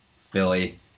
Philly